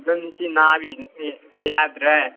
ꯑꯗꯨ ꯉꯁꯤ ꯅꯥꯕꯒꯤꯅꯤ ꯌꯥꯗ꯭ꯔꯦ